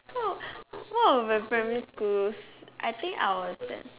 what what would my primary school's I think I will attend